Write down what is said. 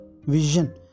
vision